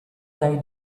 dai